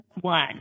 one